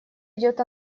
идет